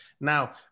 Now